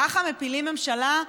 ככה מפילים ממשלה?